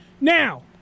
now